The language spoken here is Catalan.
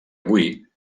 avui